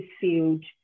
field